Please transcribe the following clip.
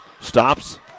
Stops